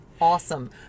awesome